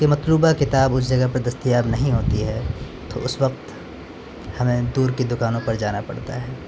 کہ مطلوبہ کتاب اس جگہ پہ دستیاب نہیں ہوتی ہے تو اس وقت ہمیں دور کی دکانوں پر جانا پڑتا ہے